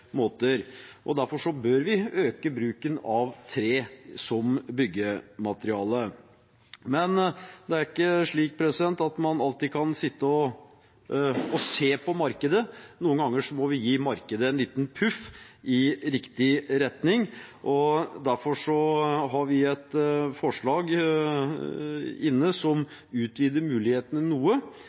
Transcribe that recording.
Derfor bør vi øke bruken av tre som byggemateriale. Men det er ikke slik at man alltid kan sitte og se på markedet. Noen ganger må vi gi markedet et lite puff i riktig retning. Derfor har vi et forslag inne som utvider mulighetene noe,